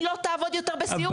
היא לא תעבוד יותר בסיעוד.